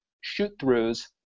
shoot-throughs